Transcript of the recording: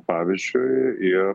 pavyzdžiui ir